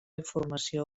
informació